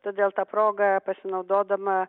todėl ta proga pasinaudodama